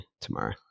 tomorrow